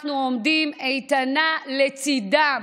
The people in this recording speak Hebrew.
שאנחנו עומדים איתן לצידם.